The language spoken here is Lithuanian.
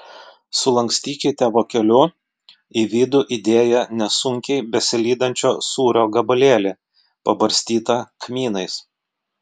sulankstykite vokeliu į vidų įdėję nesunkiai besilydančio sūrio gabalėlį pabarstytą kmynais